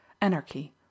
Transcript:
Anarchy